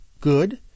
good